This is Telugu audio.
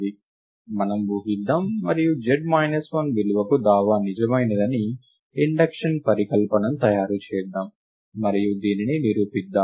మనం ఊహిద్దాం మరియు z మైనస్ 1 విలువకు దావా నిజమైనదని ఇండక్షన్ పరికల్పనను తయారు చేద్దాం మరియు దీనిని నిరూపిద్దాం